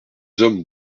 hommes